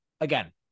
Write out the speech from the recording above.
again